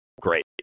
Great